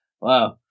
Wow